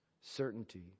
certainty